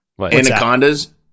Anacondas